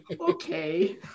Okay